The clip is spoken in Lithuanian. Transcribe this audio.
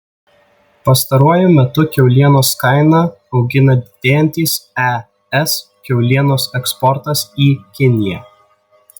pastaruoju metu kiaulienos kainą augina didėjantis es kiaulienos eksportas į kiniją